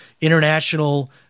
International